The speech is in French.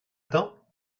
temps